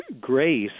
grace